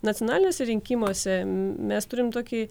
nacionaliniuose rinkimuose mes turime tokį